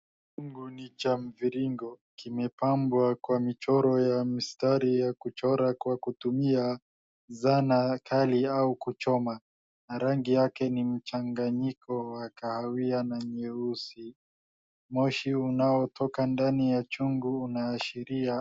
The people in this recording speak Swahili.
Chungu ni cha mviringo kimepambwa kwa michoro ya mistari ya kuchora kwa kutumia zana kali au kuchoma, na rangi yake ni mchanganyiko wa kahawia na nyeusi, moshi unaotoka ndani ya chugu unaashiria.